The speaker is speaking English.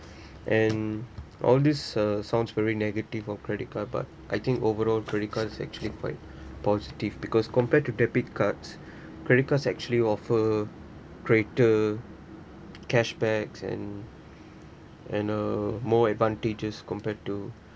and all these uh sounds very negative of credit card but I think overall credit cards actually quite positive because compared to debit cards credit cards actually offer greater cashback and and uh more advantages compared to